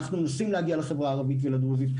אנחנו מנסים להגיע לחברה הערבית והדרוזית,